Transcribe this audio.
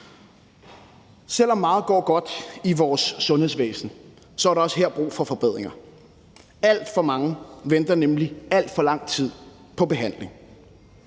Selv om meget går godt i vores sundhedsvæsen, er der også her brug for forbedringer. Alt for mange venter nemlig al for lang tid på behandling.